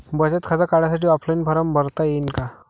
बचत खातं काढासाठी ऑफलाईन फारम भरता येईन का?